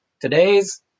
Today's